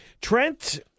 Trent